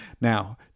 Now